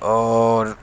اور